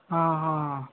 ఆహా